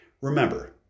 Remember